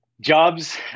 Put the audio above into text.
jobs